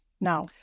now